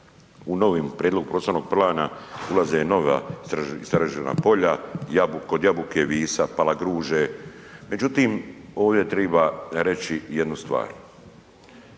u novom prijedlogu prostornog plana ulaze nova istražena polja kod Jabuke, Visa, Palagruže. Međutim, ovdje treba reći jednu stvar.